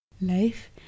life